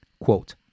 Quote